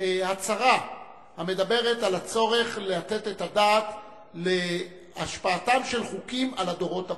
הצהרה המדברת על הצורך לתת את הדעת על השפעתם של חוקים על הדורות הבאים,